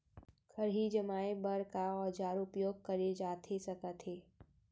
खरही जमाए बर का औजार उपयोग करे जाथे सकत हे?